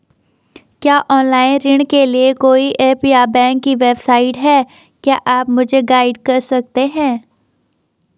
क्या ऑनलाइन ऋण के लिए कोई ऐप या बैंक की वेबसाइट है क्या आप मुझे गाइड कर सकते हैं?